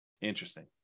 Interesting